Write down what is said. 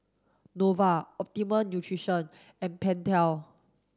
Nova Optimum Nutrition and Pentel